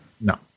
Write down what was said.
No